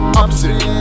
opposite